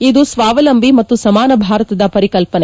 ಇದು ಸ್ವಾವಲಂಬಿ ಮತ್ತು ಸಮಾನ ಭಾರತದ ಪರಿಕಲ್ಪನೆ